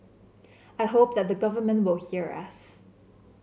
I hope that the government will hear us